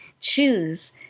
choose